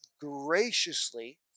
graciously